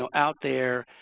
so out there.